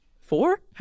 Four